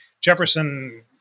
Jefferson